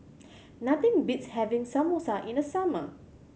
nothing beats having Samosa in the summer